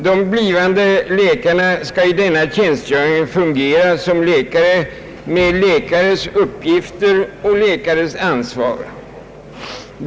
De blivande läkarna skall i denna tjänstgöring fungera som läkare med läkares uppgifter och läkares ansvar.